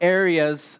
areas